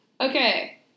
Okay